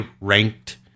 ranked